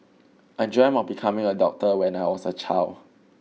I dreamt of becoming a doctor when I was a child